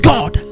God